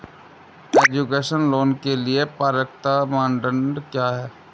Education loan के लिए पात्रता मानदंड क्या है?